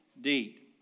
deed